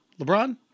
LeBron